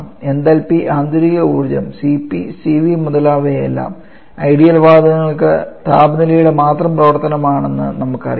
enthalpy ആന്തരിക ഊർജ്ജം Cp Cv മുതലായവയെല്ലാം ഐഡിയൽ വാതകങ്ങൾക്ക് താപനിലയുടെ മാത്രം പ്രവർത്തനമാണെന്ന് നമുക്കറിയാം